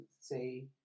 say